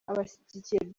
abashigikiye